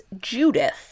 Judith